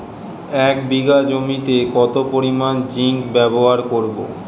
এক বিঘা জমিতে কত পরিমান জিংক ব্যবহার করব?